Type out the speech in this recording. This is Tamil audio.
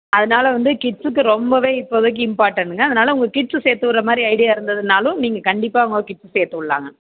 அதனால் வந்து கிட்ஸுக்கு ரொம்பவே இப்போதைக்கு இம்பார்ட்டணுங்க அதனால் உங்கள் கிட்ஸு சேர்த்துவுட்ற மாதிரி ஐடியா இருந்ததுன்னாலும் நீங்கள் கண்டிப்பாக உங்கள் கிட்ஸு சேர்த்துவுட்லாங்க